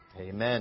Amen